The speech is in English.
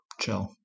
chill